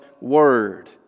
word